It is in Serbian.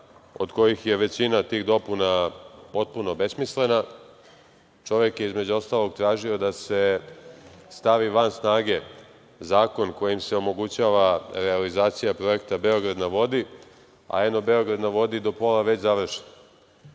od kojih je većina tih dopuna potpuno besmislena. Čovek je, između ostalog, tražio da se stavi van snage zakon kojim se omogućava realizacija projekta "Beograd na vodi", a eno, "Beograd na vodi" do pola već završen. Dakle,